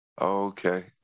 Okay